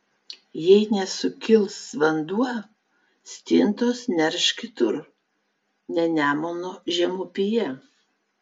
jei nesukils vanduo stintos nerš kitur ne nemuno žemupyje